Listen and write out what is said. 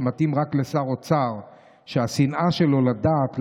שמתאים רק לשר אוצר שהשנאה שלו לדת,